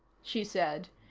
she said.